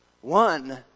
One